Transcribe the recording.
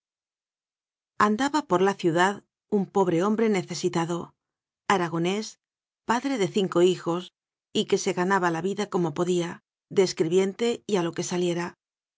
andaba por la ciudad un pobre hombre necesitado aragonés padre de cinco hijos y que se ganaba la vida como podía de escri biente y a lo que saliera